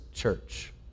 Church